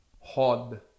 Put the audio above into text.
hod